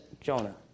Jonah